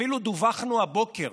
אפילו דֻווחנו הבוקר